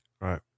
Right